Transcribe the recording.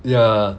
ya